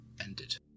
Ended